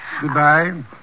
Goodbye